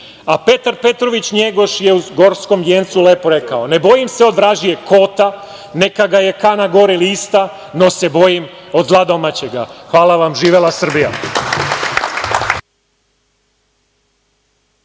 a Petar Petrović Njegoš je u „Gorskom vjencu“ lepo rekao: „NE bojim se od vražijeg kota, neka ga je kana gore lista, no se bojim od zla domaćega“.Hvala vam. Živela Srbija!